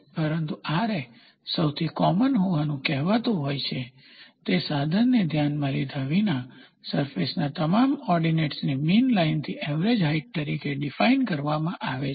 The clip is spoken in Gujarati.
પરંતુ સૌથી કોમન હોવાનું કહેવાતું હોય છે તે સાઇનને ધ્યાનમાં લીધા વિના સરફેસના તમામ ઓર્ડીનેટ્સની મીન લાઇનથી એવરેજ હાઇટ તરીકે ડીફાઇન કરવામાં આવે છે